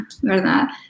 ¿verdad